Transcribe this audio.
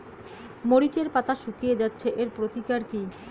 মরিচের পাতা শুকিয়ে যাচ্ছে এর প্রতিকার কি?